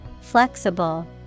Flexible